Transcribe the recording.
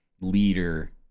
leader